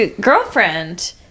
girlfriend